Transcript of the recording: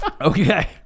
Okay